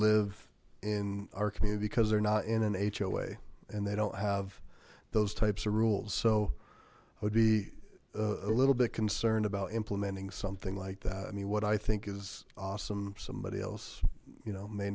live in our community because they're not in an h o way and they don't have those types of rules so i would be a little bit concerned about implementing something like that i mean what i think is somebody else you know may